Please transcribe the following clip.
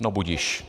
No budiž.